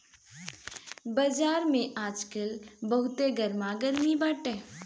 बाजार में आजकल बहुते गरमा गरमी बाटे